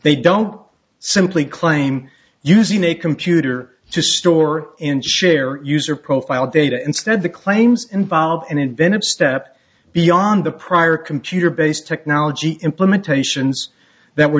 they don't simply claim using a computer to store and share user profile data instead the claims involve an inventive step beyond the prior computer based technology implementations that were